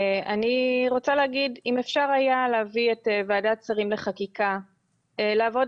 אם אפשר היה להביא את ועדת השרים לחקיקה לעבוד